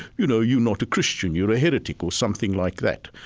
you know, you're not a christian, you're a heretic or something like that.